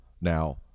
now